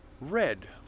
red